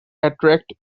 attract